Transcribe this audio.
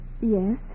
Yes